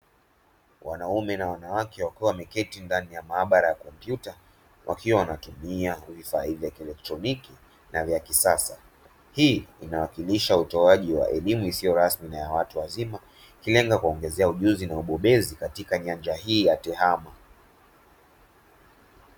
Wanaume na wanawake wakiwa wameketi ndani ya maabara ya kompyuta wakiwa wanatumia vifaa vya kielektroniki na vya kisasa. Hii inawakilisha utoaji wa elimu isiyo rasmi na ya watu wazima ikilenga kuwaongezea ujuzi na ubobezi katika nyanja hii ya tehama.